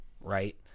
right